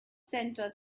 center